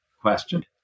question